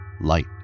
Light